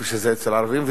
כפי שזה אצל הערבים,